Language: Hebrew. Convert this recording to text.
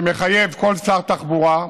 שמחייב כל שר תחבורה,